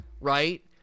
Right